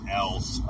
else